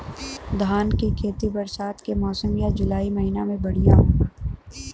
धान के खेती बरसात के मौसम या जुलाई महीना में बढ़ियां होला?